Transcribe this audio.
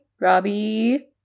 Robbie